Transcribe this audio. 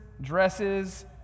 Dresses